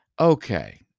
okay